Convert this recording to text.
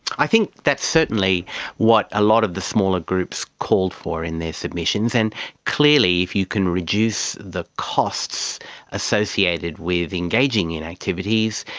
i think that's certainly what a lot of the smaller groups called for in their submissions, and clearly if you can reduce the costs associated with engaging in activities,